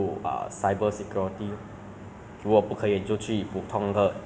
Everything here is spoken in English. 没有 ah 因为有 COVID nineteen that's why they cancel the orientation